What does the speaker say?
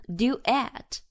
,duet